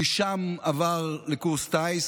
ומשם עבר לקורס טיס,